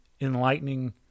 enlightening